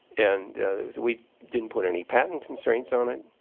and we didn't put any patent constraints on it.